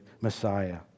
Messiah